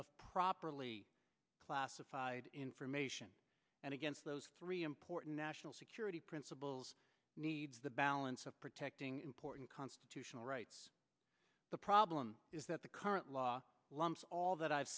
of properly classified information and against those three important national security principles needs the balance of protecting important constitutional rights the problem is that the current law lumps all that i've